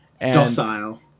docile